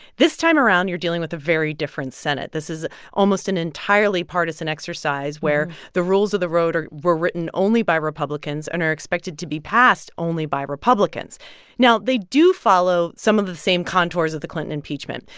this time around, you're dealing with a very different senate. this is almost an entirely partisan exercise, where the rules of the road are were written only by republicans and are expected to be passed only by republicans now, they do follow some of the same contours of the clinton impeachment.